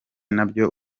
nabyo